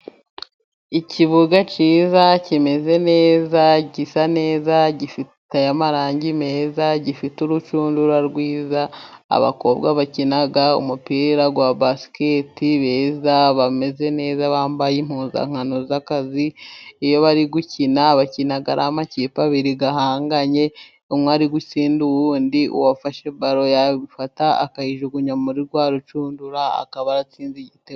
Ikibuga cyiza kimeze neza gisa neza, gifite amarangi meza gifite urushundura rwiza, abakobwa bakina umupira wa basiketi beza bameze neza bambaye impuzankano z'akazi, iyo bari gukina bakina ari amakipe abiri ahanganye umwe ari gutsinda uwundi, uwafashe balo yayifata akayijugunya muri rwa rucundura akaba atsinze igitego.